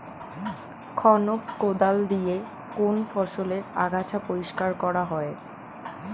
খনক কোদাল দিয়ে কোন ফসলের আগাছা পরিষ্কার করা হয়?